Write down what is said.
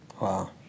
wow